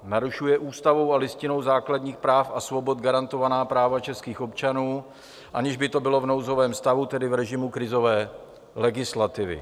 Narušuje ústavou a Listinou základních práv a svobod garantovaná práva českých občanů, aniž by to bylo v nouzovém stavu, tedy v režimu krizové legislativy.